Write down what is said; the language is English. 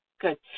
good